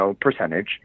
percentage